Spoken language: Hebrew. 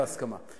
בהסכמה.